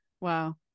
Wow